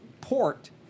port